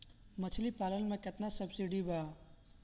मछली पालन मे केतना सबसिडी बा?